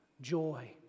joy